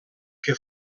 que